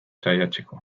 saiatzeko